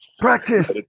Practice